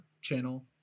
channel